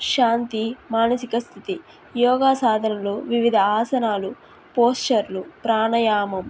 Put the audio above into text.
శాంతి మానసిక స్థితి యోగా సాధనలో వివిధ ఆసనాలు పోస్చర్లు ప్రాణయామం